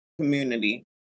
community